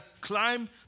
climb